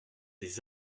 des